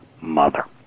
mother